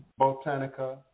botanica